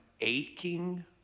aching